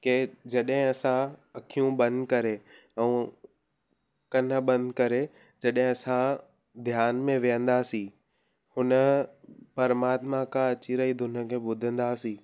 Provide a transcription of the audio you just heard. की जॾहिं असां अखियूं बंदि करे ऐं कन बंद करे जॾहिं असां ध्यान में वेहंदासीं उन परमात्मा का अची रही धुन खे ॿुधंदासीं